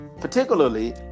particularly